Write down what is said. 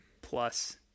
plus